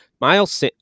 Miles